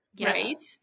Right